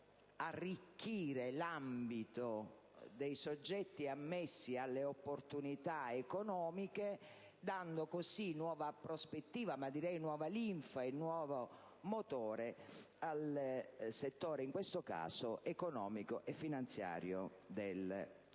arricchire l'ambito dei soggetti ammessi alle opportunità economiche, dando così nuova prospettiva, ma direi nuova linfa e nuova propulsione, al settore economico e finanziario del Paese.